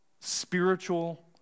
spiritual